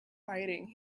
fighting